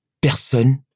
Personne